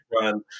run